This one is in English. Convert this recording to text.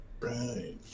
right